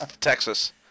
Texas